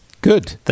good